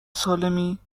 سالمی